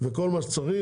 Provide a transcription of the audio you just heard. וכל מה שצריך,